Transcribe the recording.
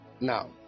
now